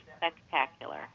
spectacular